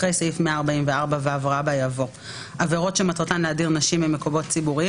אחרי סעיף 144ו יבוא: "עבירות שמטרתן144ז.